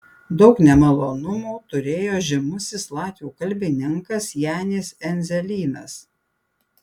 daug nemalonumų turėjo žymusis latvių kalbininkas janis endzelynas